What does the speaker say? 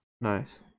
Nice